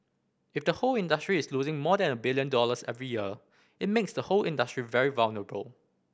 if the whole industry is losing more than a billion dollars every year it makes the whole industry very vulnerable